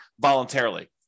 voluntarily